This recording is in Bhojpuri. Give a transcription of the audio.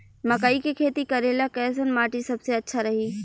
मकई के खेती करेला कैसन माटी सबसे अच्छा रही?